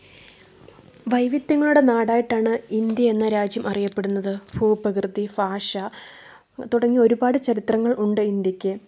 വൈവിധ്യങ്ങളുടെ നാടായിട്ടാണ് ഇന്ത്യ എന്ന രാജ്യം അറിയപ്പെടുന്നത് ഭൂപ്രകൃതി ഭാഷ തുടങ്ങിയ ഒരുപാട് ചരിത്രങ്ങൾ ഉണ്ട് ഇന്ത്യക്ക്